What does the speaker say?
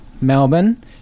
Melbourne